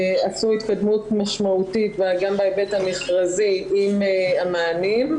עשו התקדמות משמעותית גם בהיבט המכרזי עם המענים,